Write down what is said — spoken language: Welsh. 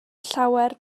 llawer